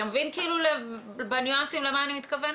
אתה מבין בניואנסים למה אני מתכוונת?